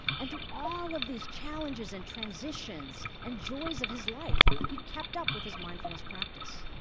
and through all of these challenges and transitions, and joys of his life, he kept up with his mindfulness practice.